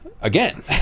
Again